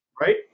Right